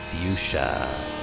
Fuchsia